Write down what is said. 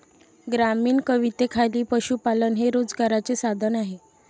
ग्रामीण कवितेखाली पशुपालन हे रोजगाराचे साधन आहे